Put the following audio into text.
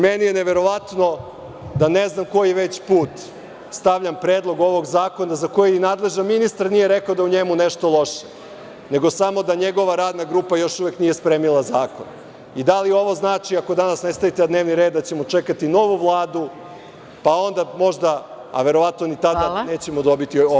Meni je neverovatno da ne znam koji već put stavljam predlog ovog zakona, za koji ni nadležni ministar nije rekao da je u njemu nešto loše, nego samo da njegova radna grupa još uvek nije spremila zakon, i da li ovo znači, ako danas ne stavite na dnevni red, da ćemo čekati novu vladu, pa tek onda možda, ali je verovatno da ni tada nećemo dobiti ovaj zakon.